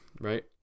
right